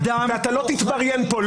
ואתה לא תתבריין פה,